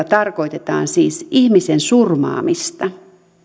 tarkoitetaan siis ihmisen surmaamista